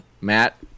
Matt